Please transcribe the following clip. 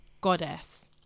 goddess